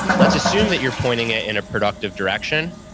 let's assume that you're pointing it in a productive direction,